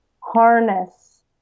harness